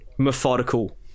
methodical